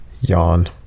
Yawn